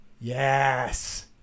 Yes